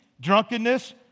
drunkenness